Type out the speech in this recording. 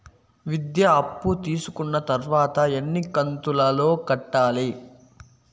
విద్య అప్పు తీసుకున్న తర్వాత ఎన్ని కంతుల లో కట్టాలి?